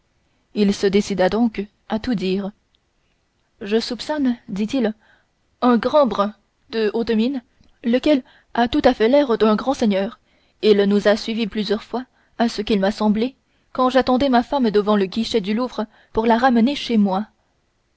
il se décida donc à tout dire je soupçonne dit-il un grand brun de haute mine lequel a tout à fait l'air d'un grand seigneur il nous a suivis plusieurs fois à ce qu'il m'a semblé quand j'attendais ma femme devant le guichet du louvre pour la ramener chez moi